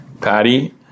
Patty